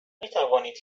میتوانید